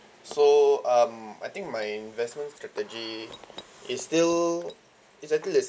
so um I think my investment strategy is still it's actually the